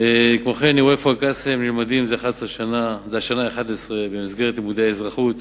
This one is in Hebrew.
אירועי כפר-קאסם נלמדים זה השנה ה-11 במסגרת לימודי האזרחות